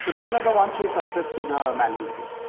so these are the ones we surfaced to the manual review.